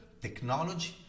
technology